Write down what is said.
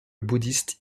bouddhiste